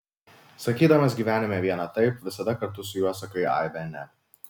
sakydamas gyvenime vieną taip visada kartu su juo sakai aibę ne